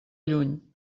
lluny